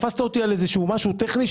תפסת אותי על משהו טכני,